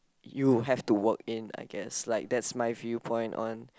you have to work in I guess like that's my viewpoint on